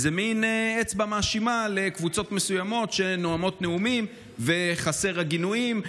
מין אצבע מאשימה לקבוצות מסוימות שנואמות נאומים וחסרות גינויים.